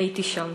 הייתי שם.